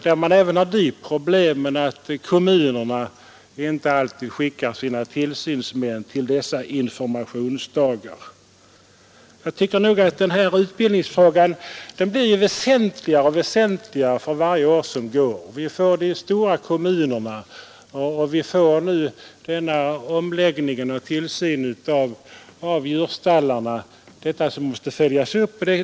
Man har även de problemen att kommunerna inte alltid skickar sina tillsynsmän till dessa informationsdagar. Utbildningsfrågan blir allt väsentligare för varje år som går. Vi får dessa stora kommuner, vi får nya bestämmelser om djurstallarna som måste följas upp.